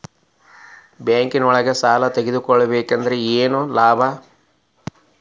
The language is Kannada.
ಬ್ಯಾಂಕ್ನೊಳಗ್ ಸಾಲ ತಗೊಬೇಕಾದ್ರೆ ಏನ್ ಲಾಭ?